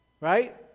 Right